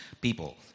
people